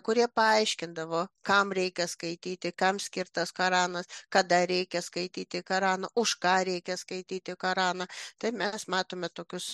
kurie paaiškindavo kam reikia skaityti kam skirtas koranas kada reikia skaityti koraną už ką reikia skaityti koraną tai mes matome tokius